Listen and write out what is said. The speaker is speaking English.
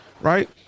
Right